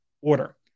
order